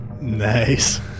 Nice